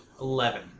Eleven